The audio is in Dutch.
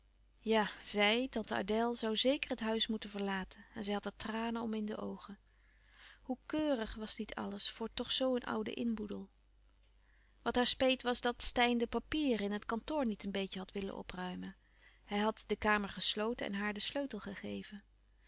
tante adèle zij zoû zeker het huis moeten verlaten en zij had er tranen om in de oogen hoe keurig was niet alles voor toch zoo een ouden inboedel wat haar speet was dat louis couperus van oude menschen de dingen die voorbij gaan steyn de papieren in het kantoor niet een beetje had willen opruimen hij had de kamer gesloten en haar den sleutel gegeven